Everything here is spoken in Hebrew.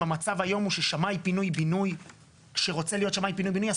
המצב היום הוא ששמאי פינוי בינוי שרוצה להיות שמאי פינוי בינוי,